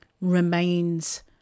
remains